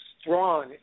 strong